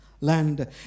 land